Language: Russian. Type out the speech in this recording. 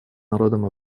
народом